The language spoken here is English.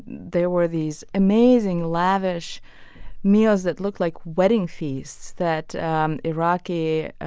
there were these amazing, lavish meals that looked like wedding feasts that and iraqi ah